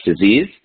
Disease